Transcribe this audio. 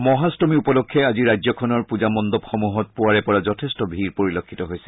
মহাট্টমী উপলক্ষে আজি ৰাজ্যখনৰ পূজা মণ্ডপসমূহত যথেষ্ট ভিৰ পৰিলক্ষিত হৈছে